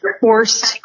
forced